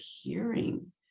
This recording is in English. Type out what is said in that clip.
hearing